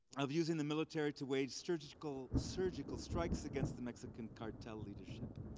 of using the military to wage surgical surgical strikes against the mexican cartel leadership.